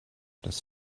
das